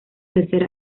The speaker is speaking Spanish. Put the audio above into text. tercer